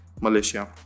Malaysia